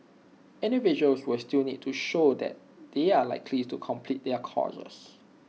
individuals will still need to show that they are likely to complete their courses